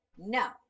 No